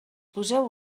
poseu